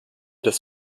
das